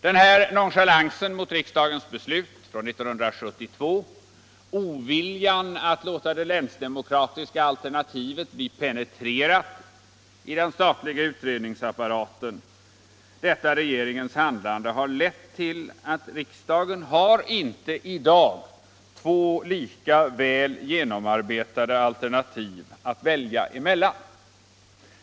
Den nonchalans mot riksdagens beslut 1972, som oviljan att låta det länsdemokratiska alternativet bli penetrerat i den statliga utredningsapparaten innebär, har lett till att riksdagen i dag inte har två lika väl genomarbetade alternativ att i demokratisk ordning välja emellan.